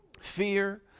fear